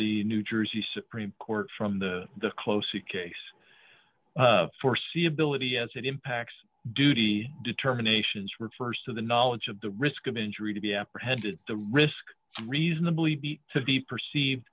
the new jersey supreme court from the the close a case foreseeability as it impacts duty determinations refers to the knowledge of the risk of injury to be apprehended the risk reasonably be to be perceived